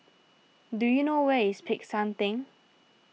do you know where is Peck San theng